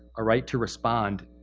a right to respond,